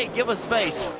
give us space.